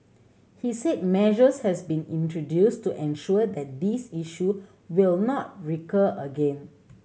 he said measures has been introduced to ensure that this issue will not recur again